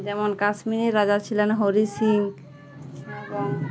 যেমন কাশ্মীরের রাজা ছিলেন হরি সিং এবং